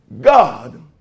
God